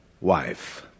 wife